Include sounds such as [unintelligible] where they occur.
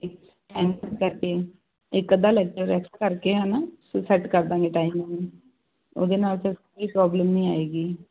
enter ਕਰਕੇ ਇੱਕ ਅੱਧਾ ਲੈਕਚਰ [unintelligible] ਕਰਕੇ ਹਨਾ ਸੋ ਸੈਟ ਕਰ ਦਾਂਗੇ ਟਾਈਮ ਉਹਦੇ ਨਾਲ ਕੀ ਪ੍ਰੋਬਲਮ ਨਹੀਂ ਆਏਗੀ